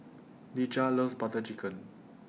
Dejah loves Butter Chicken